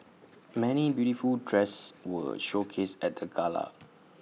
many beautiful dresses were showcased at the gala